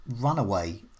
runaway